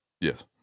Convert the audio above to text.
Yes